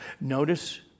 notice